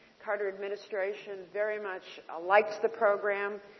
carter administration. very much ah liked the program.